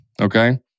okay